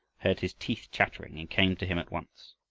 heard his teeth chattering and came to him at once.